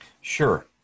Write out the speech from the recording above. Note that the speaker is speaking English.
Sure